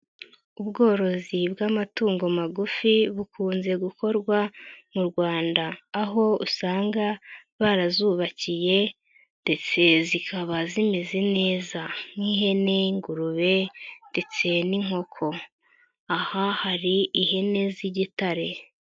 Ubworozi bw'amatungo magufi bukunze gukorwa mu Rwanda. Aho usanga barazubakiye ndetse zikaba zimeze neza nk'ihene, ingurube ndetse n'inkoko. Aha hari ihene z'igitare.